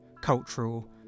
cultural